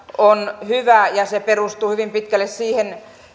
on hyvä ja perustuu hyvin pitkälle siihen